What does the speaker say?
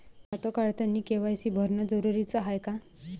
खातं काढतानी के.वाय.सी भरनं जरुरीच हाय का?